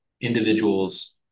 individuals